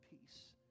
peace